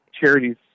charities